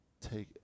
take